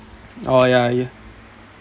orh ya ya